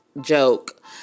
joke